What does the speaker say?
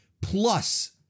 plus